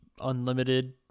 unlimited